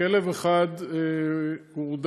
כלב אחד הורדם.